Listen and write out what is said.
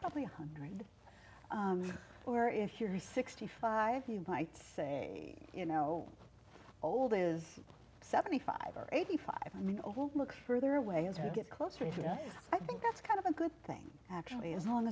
probably hundred or if you're sixty five you might say you know old is seventy five or eighty five i mean look further away as we get closer into i think that's kind of a good thing actually as long